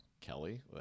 Kelly